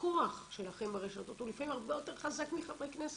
הכוח שלכם ברשתות הוא לפעמים הרבה יותר חזק מחברי כנסת.